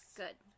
Good